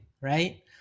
right